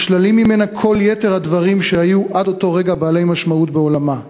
נשללים ממנה כל יתר הדברים שהיו עד אותו רגע בעלי משמעות בעולמה,